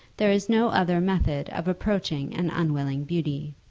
there is no other method of approaching an unwilling beauty.